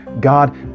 God